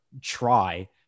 try